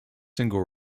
single